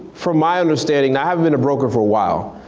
from my understanding, i haven't been a broker for a while.